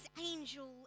angel